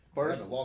First